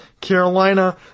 Carolina